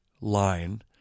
line